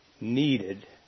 needed